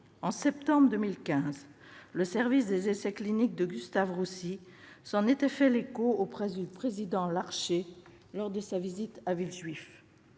En septembre 2015, le service des essais cliniques de Gustave-Roussy s'en était fait l'écho auprès du président Larcher lors de sa visite à Villejuif.